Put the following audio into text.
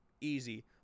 easy